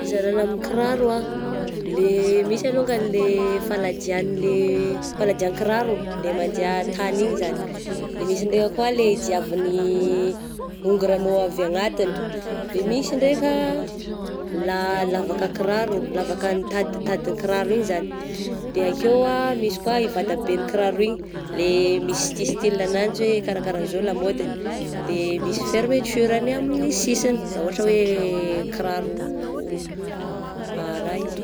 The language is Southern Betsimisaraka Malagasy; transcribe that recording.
Fizaragna amin'ny kiraro ah, le misy alongany le faladiàny le faladian-kiraro le mandiha tagny iny zagny, de misy ndraika koa le diavin'ny hongoranao avy anatigny, de misy ndraika la-lavaka kiraro, lavaka ny taditadin'ny kiraro igny zagny, de akeo ah misy koa i vataben'ny kiraro igny, le misy siti-style ananjy hoe kara kara zao lamôdigny, de misy fermeture ny amin'ny sisigny raha ohatra hoe kiraro raha izy.